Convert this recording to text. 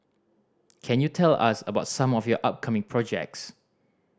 can you tell us about some of your upcoming projects